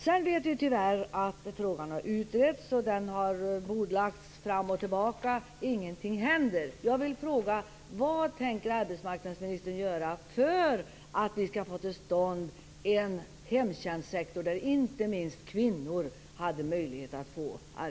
Sedan vet vi tyvärr att frågan har utretts och bordlagts fram och tillbaka och att ingenting händer.